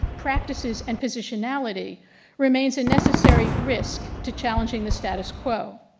practices, and positionality remains a necessary risk to challenging the status quo.